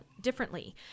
differently